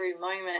moment